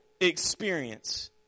experience